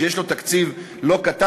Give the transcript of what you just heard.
שיש לו תקציב לא קטן,